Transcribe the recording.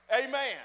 Amen